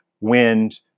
wind